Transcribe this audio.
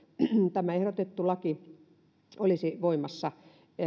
tämä ehdotettu laki olisi voimassa